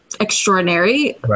extraordinary